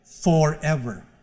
forever